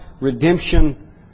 redemption